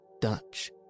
Dutch